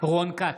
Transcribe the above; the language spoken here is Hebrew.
רון כץ,